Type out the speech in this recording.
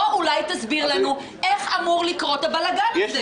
תסביר לנו איך אמור להיות הבלגן הזה?